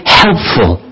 helpful